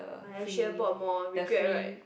I I should brought more regret right